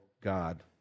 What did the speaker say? God